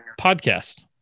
podcast